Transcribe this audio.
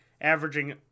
averaging